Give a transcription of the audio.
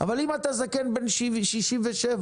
אבל אם אתה זקן בן 67 בדימונה